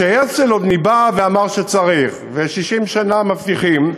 והרצל עוד ניבא ואמר שצריך, ו-60 שנה מבטיחים,